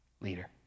leader